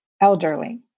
elderly